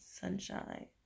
sunshine